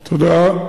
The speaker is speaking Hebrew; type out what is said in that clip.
השר, תודה.